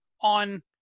on